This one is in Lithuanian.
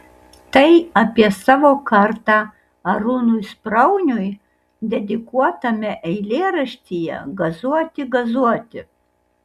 tai apie savo kartą arūnui sprauniui dedikuotame eilėraštyje gazuoti gazuoti